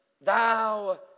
thou